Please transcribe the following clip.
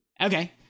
Okay